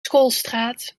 schoolstraat